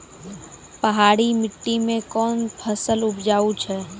पहाड़ी मिट्टी मैं कौन फसल उपजाऊ छ?